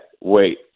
wait